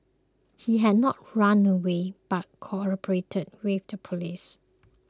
he had not run away but cooperated with the police